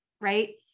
right